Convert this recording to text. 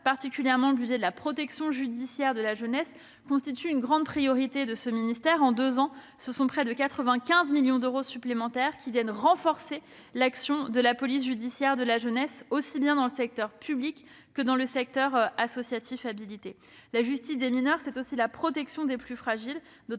particulièrement le budget de la protection judiciaire de la jeunesse, constitue une priorité. En deux ans, près de 95 millions d'euros supplémentaires ont permis de renforcer l'action de la protection judiciaire de la jeunesse, aussi bien dans le secteur public que dans le secteur associatif habilité. La justice des mineurs, c'est aussi la protection des plus fragiles,